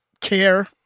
care